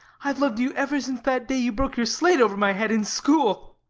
i've loved you ever since that day you broke your slate over my head in school.